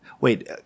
Wait